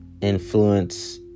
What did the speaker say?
influence